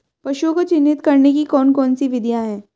पशुओं को चिन्हित करने की कौन कौन सी विधियां हैं?